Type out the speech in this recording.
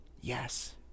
Yes